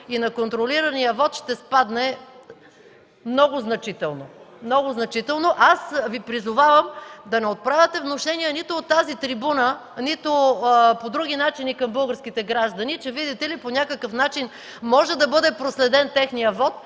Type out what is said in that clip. и на контролирания вот ще спадне много, значително. Призовавам Ви да не отправяте внушения нито от тази трибуна, нито по други начини към българските граждани, че, видите ли, по някакъв начин може да бъде проследен техният вот,